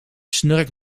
snurkt